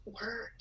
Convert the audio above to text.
work